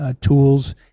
Tools